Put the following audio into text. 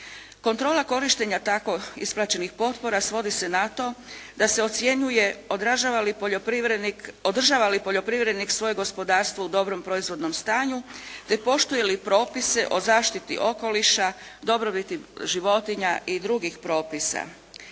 Kontrola korištenja tako isplaćenih potpora svodi se na to da se ocjenjuje održava li poljoprivrednik svoje gospodarstvu u dobro proizvodnom stanju te poštuje li propise o zaštiti okoliša, dobrobiti životinja i drugih propisa.